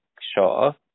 sure